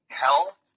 Hell